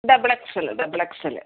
double excel double excel